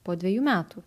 po dvejų metų